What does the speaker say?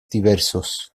diversos